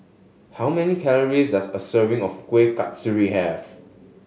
how many calories does a serving of Kuih Kasturi have